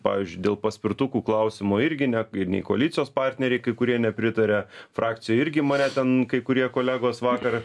pavyzdžiui dėl paspirtukų klausimo irgi ne ir nei koalicijos partneriai kai kurie nepritaria frakcija irgi mane ten kai kurie kolegos vakar